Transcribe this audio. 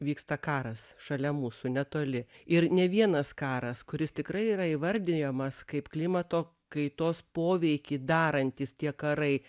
vyksta karas šalia mūsų netoli ir ne vienas karas kuris tikrai yra įvardijamas kaip klimato kaitos poveikį darantys tie karai